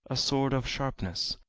a sword of sharpness,